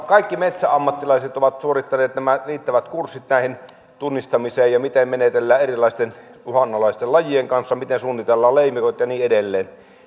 kaikki metsäammattilaiset ovat suorittaneet nämä riittävät kurssit tästä tunnistamisesta ja siitä miten menetellään erilaisten uhanalaisten lajien kanssa miten suunnitellaan leimikot ja niin edelleen